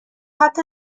حتی